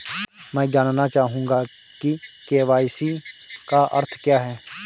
मैं जानना चाहूंगा कि के.वाई.सी का अर्थ क्या है?